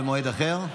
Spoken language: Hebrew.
ההצבעה במועד אחר?